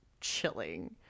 chilling